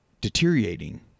deteriorating